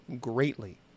greatly